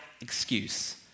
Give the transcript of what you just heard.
excuse